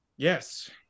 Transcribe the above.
Yes